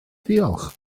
diolch